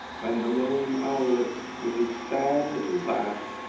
when the lone owlet, with his sad little laugh,